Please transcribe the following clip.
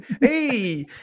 hey